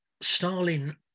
Stalin